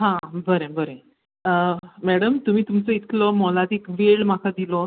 हां बरें बरें मॅडम तुमी तुमचो इतलो मोलादीक वेळ म्हाका दिलो